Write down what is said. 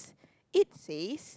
it says